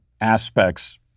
aspects